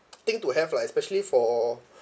thing to have lah especially for